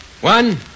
One